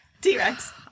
T-Rex